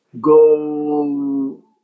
go